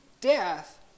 death